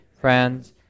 friends